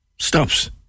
stops